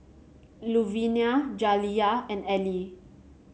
Louvenia Jaliyah and Elie